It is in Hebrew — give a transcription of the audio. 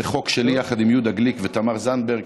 זה חוק שלי יחד עם יהודה גליק ותמר זנדברג,